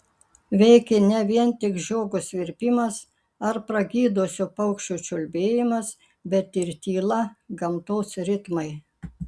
veikė ne vien tik žiogo svirpimas ar pragydusio paukščio čiulbėjimas bet ir tyla gamtos ritmai